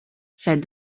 said